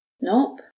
Nope